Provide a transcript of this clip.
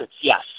yes